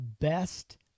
best